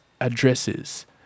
addresses